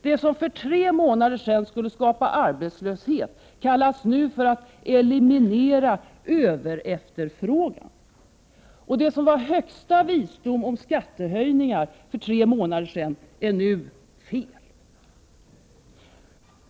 Det som för tre månader sedan skulle skapa arbetslöshet kallas nu för att eliminera överefterfrågan. Det som var högsta visdom om skattehöjningar för tre månader sedan är nu fel.